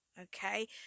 Okay